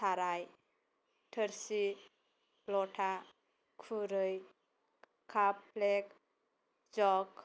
साराय थोरसि लथा खुरै काप फ्लेख जग